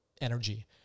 energy